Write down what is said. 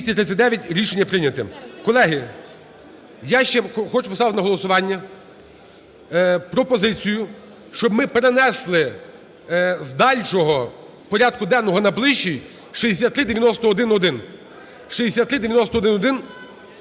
За-239 Рішення прийняте. Колеги, я ще хочу поставити на голосування пропозицію, щоб ми перенесли з дальшого порядку денного на ближчий 6391-1.